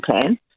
plan